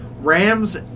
Rams